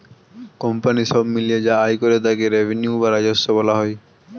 company সব মিলিয়ে যা আয় করে তাকে তার রেভিনিউ বা রাজস্ব বলা হয়